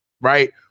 right